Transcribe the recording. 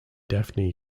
daphne